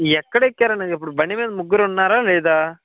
ఎక్కడ ఎక్కారండి ఇప్పుడు బండి మీద ముగ్గురు ఉన్నారా లేదా